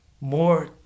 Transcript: more